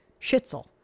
Schitzel